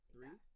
Three